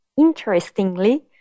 interestingly